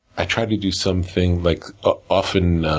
i try to do something. like ah often,